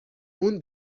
اون